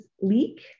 leak